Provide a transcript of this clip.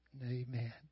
Amen